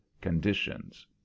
conditions